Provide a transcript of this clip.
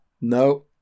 No